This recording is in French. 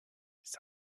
des